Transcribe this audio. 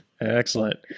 Excellent